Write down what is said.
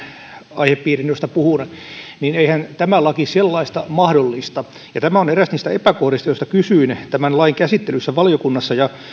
aihepiirin josta puhun ja eihän tämä laki sellaista mahdollista tämä on eräs niistä epäkohdista joista kysyin tämän lain käsittelyssä valiokunnassa ja